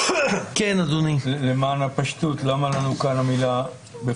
יש חלופות שונות אולי מרשם האוכלוסין יסבירו את ההבדלים ביניהם,